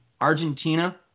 Argentina